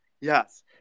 Yes